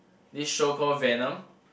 this show call Venom